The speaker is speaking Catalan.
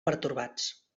pertorbats